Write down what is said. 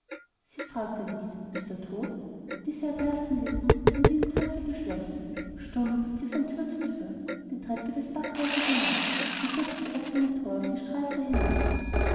sie fragte nicht ist er tot diese erblaßten lippen waren wie im krampfe geschlossen stumm glitt sie von thür zu thür die treppe des packhauses hinab und durch das offene thor auf die straße hinaus